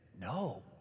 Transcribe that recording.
No